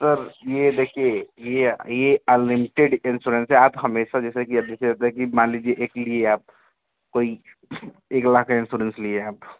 sir ये देखिए ये अ ये अनलिमटेड इंस्योरेंस है आप हमेशा जैसे कि अब जैसे होता है कि मान लीजिए एक लिए आप कोई एक लाख का इंस्योरेंस लिए आप